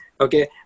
Okay